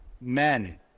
men